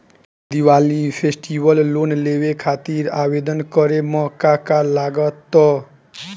Diwali festival loan लेवे खातिर आवेदन करे म का का लगा तऽ?